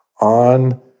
on